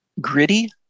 gritty